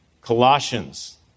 Colossians